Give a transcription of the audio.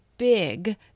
big